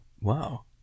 wow